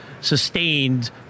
sustained